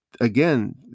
again